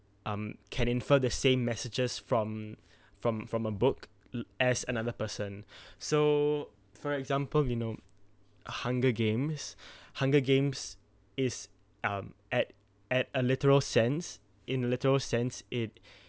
um can infer the same messages from from from a book as another person so for example you know hunger games hunger games is um at at a literal sense in a literal sense it